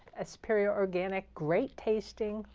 a superior, organic, great tasting,